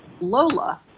Lola